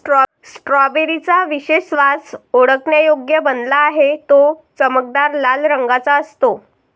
strawberry चा विशेष वास ओळखण्यायोग्य बनला आहे, तो चमकदार लाल रंगाचा असतो